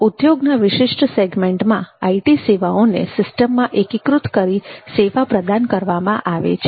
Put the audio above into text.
ઉદ્યોગના વિશિષ્ટ સેગમેન્ટમાં આઇટી સેવાઓને સિસ્ટમમાં એકીકૃત કરી સેવા પ્રદાન કરવામાં આવે છે